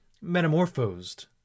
metamorphosed